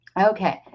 Okay